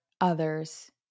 others